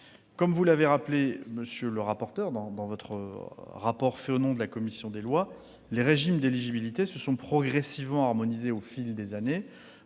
Comme vous l'avez rappelé, monsieur Segouin, dans votre rapport fait au nom de la commission des lois, les régimes d'éligibilité ont été progressivement harmonisés au fil des années,